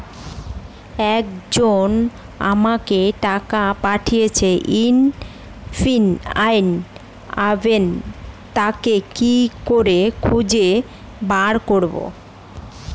একজন আমাকে টাকা পাঠিয়েছে ইউ.পি.আই অ্যাপে তা কি করে খুঁজে বার করব?